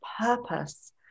purpose